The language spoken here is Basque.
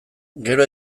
gero